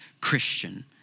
Christian